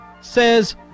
says